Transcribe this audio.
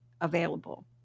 available